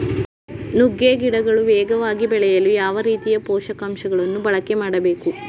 ನುಗ್ಗೆ ಗಿಡಗಳು ವೇಗವಾಗಿ ಬೆಳೆಯಲು ಯಾವ ರೀತಿಯ ಪೋಷಕಾಂಶಗಳನ್ನು ಬಳಕೆ ಮಾಡಬೇಕು?